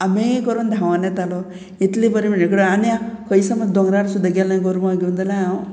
आमी करून धांवान येतालो इतली बरें म्हजे कडेन आनी खंय समज दोंगरार सुद्दां गेलें गोरवां घेवन जाल्यार हांव